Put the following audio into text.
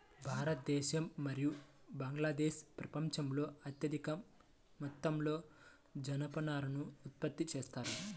భారతదేశం మరియు బంగ్లాదేశ్ ప్రపంచంలో అత్యధిక మొత్తంలో జనపనారను ఉత్పత్తి చేస్తాయి